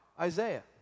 Isaiah